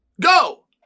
go